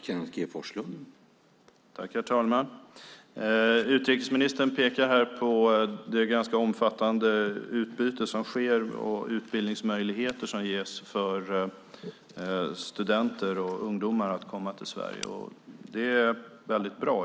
Herr talman! Utrikesministern pekar på det ganska omfattande utbyte som sker och på de möjligheter som ges för studenter och ungdomar att komma till Sverige för att få utbildning. Det är väldigt bra.